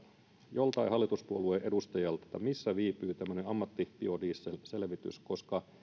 joltain hallituspuolueen edustajalta missä viipyy tämmöinen ammattibiodieselselvitys koska